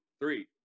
three